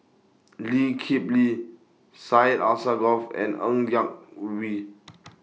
Lee Kip Lee Syed Alsagoff and Ng Yak Whee